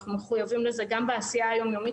אנחנו מחויבים לזה גם בעשייה היום יומית